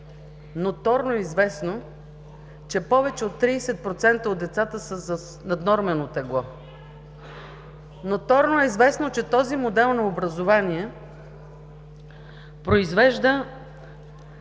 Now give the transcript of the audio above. ноторно е известно, че повече от 30% от децата са с наднормено тегло; ноторно е известно, че този модел на образование произвежда